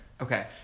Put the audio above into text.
Okay